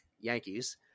Yankees